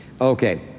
Okay